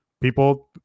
people